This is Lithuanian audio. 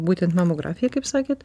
būtent mamografija kaip sakėt